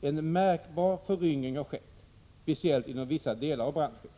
En märkbar föryngring har skett, speciellt inom vissa delar av branschen.